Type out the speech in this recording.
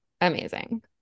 Amazing